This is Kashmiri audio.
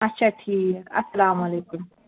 اچھا ٹھیٖک اَلسلامُ علیکُم